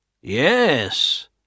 Yes